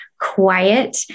quiet